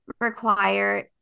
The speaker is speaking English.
require